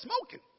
smoking